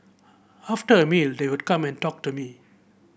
after a meal they would come and talk to me